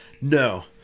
No